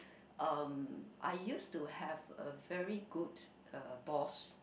um I used to have a very good uh boss